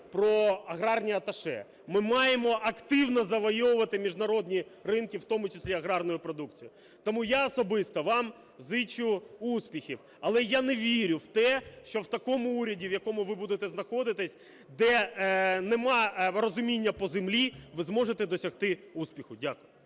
про аграрні аташе. Ми маємо активно завойовувати міжнародні ринки, в тому числі аграрну продукцію. Тому я особисто вам зичу успіхів. Але я не вірю в те, що в такому уряді, в якому ви будете знаходитись, де немає розуміння по землі, ви зможете досягти успіху. Дякую.